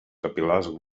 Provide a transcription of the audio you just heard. capil·lars